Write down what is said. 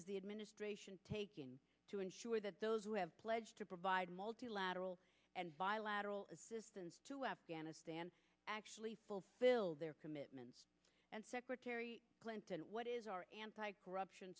is the administration taking to ensure that those who have pledged to provide multilateral and bilateral assistance to afghanistan actually fulfill their commitments and secretary clinton what is our anti corruption